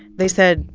they said,